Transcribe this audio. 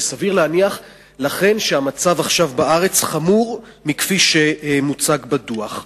ולכן סביר להניח שהמצב עכשיו בארץ חמור משמוצג בדוח.